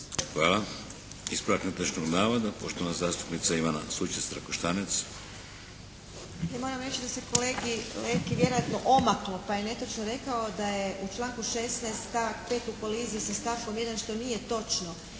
Hvala. Ispravak netočnog navoda poštovana zastupnica Ivana Sučec-Trakoštanec. **Sučec-Trakoštanec, Ivana (HDZ)** Moram reći da se kolegi Leki vjerojatno omaklo pa je netočno rekao da je u članku 16. stavak 5. u koliziji sa stavkom 1. što nije točno.